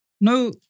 No